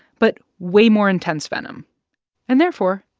but way more intense venom and, therefore,